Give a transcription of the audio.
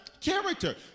character